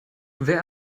wer